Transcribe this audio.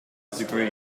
degree